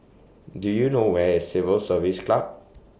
Do YOU know Where IS Civil Service Club